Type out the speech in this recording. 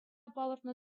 палӑртнӑ